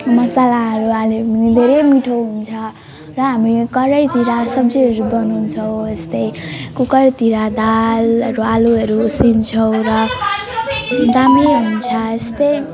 मसलाहरू हालेँ भने धेरै मिठो हुन्छ र हामी कराहीतिर सब्जीहरू बनाउँछौँ यस्तै कुकरतिर दालहरू आलुहरू उसिन्छौँ र दामी हुन्छ यस्तै